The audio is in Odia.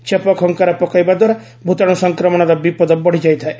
ଛେପ ଖଙ୍କାର ପକାଇବା ଦ୍ୱାରା ଭୂତାଣୁ ସଂକ୍ରମଣର ବିପଦ ବଡ଼ିଯାଇଥାଏ